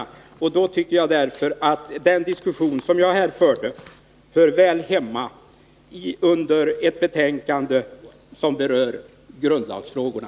Därför tycker jag att de inlägg som jag här gjort hör väl hemma i diskussionen om ett betänkande som rör grundlagsfrågorna.